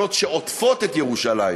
השכונות שעוטפות את ירושלים